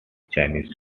chinese